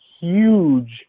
huge